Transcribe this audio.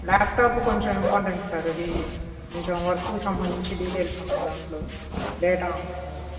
laptop కొంచెం important sir అది కొంచెం వర్క్కి సంబంధించి డీటైల్స్ ఉన్నాయి దాంట్లో డేటా ఉంది